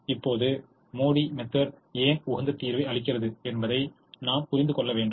எனவே இப்போது MODI method ஏன் உகந்த தீர்வை அளிக்கிறது என்பதை நாம் புரிந்து கொள்ள வேண்டும்